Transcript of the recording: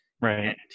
Right